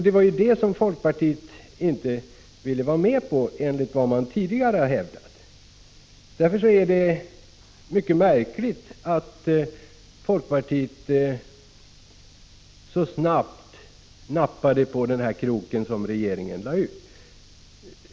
Det var ju detta som folkpartiet inte ville vara med om, enligt vad man tidigare har hävdat. Därför är det mycket märkligt att folkpartiet så snabbt nappade på den krok som regeringen lade ut.